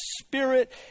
spirit